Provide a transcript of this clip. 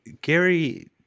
Gary